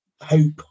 hope